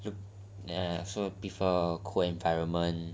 mmhmm so prefer cold environment